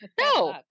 No